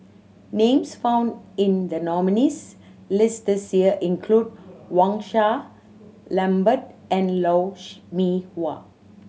names found in the nominees' list this year include Wang Sha Lambert and Lou Mee Wah